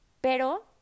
Pero